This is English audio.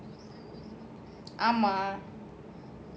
ஆமா:ama